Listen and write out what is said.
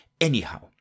Anyhow